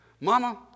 Mama